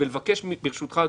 אני יכול פשוט להכניס אותו,